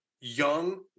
young